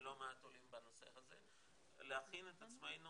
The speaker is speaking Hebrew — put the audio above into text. מלא מעט עולים בנושא הזה, להכין את עצמנו